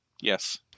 yes